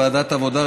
לוועדת העבודה,